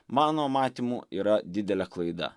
mano matymu yra didelė klaida